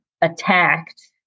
attacked